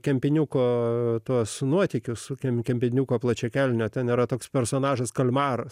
kempiniuko tuos nuotykius su kempiniuko plačiakelnio ten nėra toks personažas kalmaras